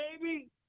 baby